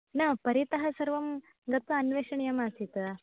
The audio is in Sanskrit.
न परितः सर्वं गत्वा अन्वेषणीयम् आसीत्